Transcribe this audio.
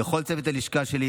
ולכל צוות הלשכה שלי,